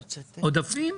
עודפים?